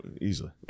easily